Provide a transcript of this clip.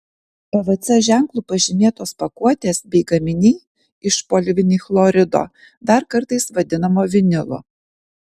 pvc ženklu pažymėtos pakuotės bei gaminiai iš polivinilchlorido dar kartais vadinamo vinilu